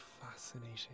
fascinating